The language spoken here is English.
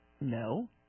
No